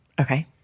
Okay